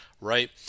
right